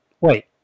wait